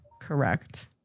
Correct